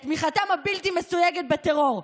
את תמיכתם הבלתי-מסויגת בטרור.